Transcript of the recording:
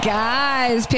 guys